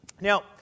Now